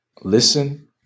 listen